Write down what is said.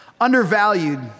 undervalued